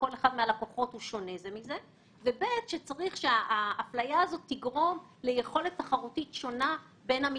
כיוון שאין מספיק תחרות בין הבנקים,